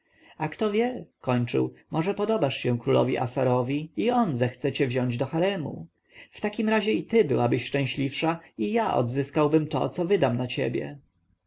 a kto wie kończył może spodobasz się królowi assarowi i on zechce cię wziąć do haremu w takim razie i ty byłabyś szczęśliwsza i ja odzyskałbym to co wydam na ciebie